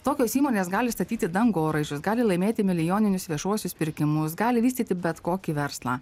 tokios įmonės gali statyti dangoraižius gali laimėti milijoninius viešuosius pirkimus gali vystyti bet kokį verslą